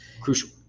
crucial